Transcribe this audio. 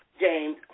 James